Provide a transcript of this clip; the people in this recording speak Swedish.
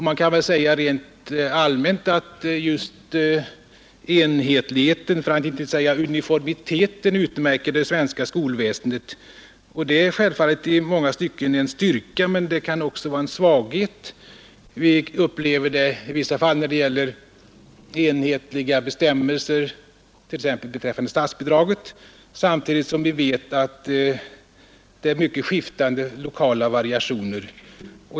Man kan väl säga rent allmänt att just enhetlighet för att inte säga uniformitet utmärker det svenska skolväsendet. Det är självfallet i många stycken en styrka men det kan också vara en svaghet. Vi upplever det i vissa fall när det gäller enhetliga bestämmelser t.ex. beträffande statsbidraget, avsett att gälla generellt trots mycket skiftande lokala förhällanden.